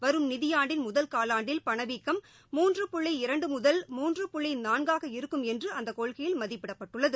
வரும் நிதியாண்டில் முதல் காலாண்டில் பணவீக்கம் மூன்று புள்ளி இரண்டு முதல் மூன்று புள்ளி நான்காக இருக்கும் என்று இந்த கொள்கையில் மதிப்பிடப்பட்டுள்ளது